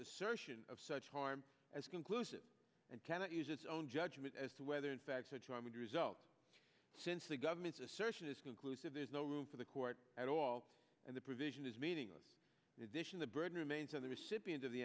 assertion of such harm as conclusive and cannot use its own judgement as to whether in fact such i would result since the government's assertion is conclusive there's no room for the court at all and the provision is meaningless addition the burden remains on the recipient of the